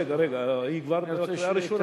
רגע, אני יודע.